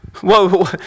Whoa